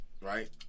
Right